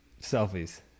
selfies